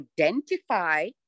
identify